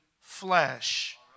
flesh